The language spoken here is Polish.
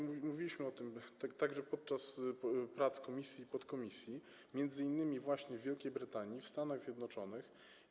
Mówiliśmy o tym także podczas prac komisji i podkomisji, m.in. właśnie w Wielkiej Brytanii i w Stanach Zjednoczonych.